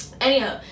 Anyhow